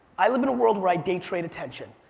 i live in a world where i day trade attention.